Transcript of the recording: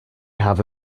have